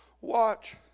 watch